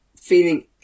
feeling